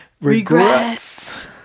Regrets